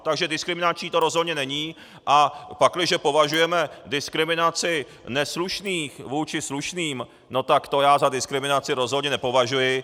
Takže diskriminační to rozhodně není, a pakliže považujeme diskriminaci neslušných vůči slušným, no tak to já za diskriminaci rozhodně nepovažuji.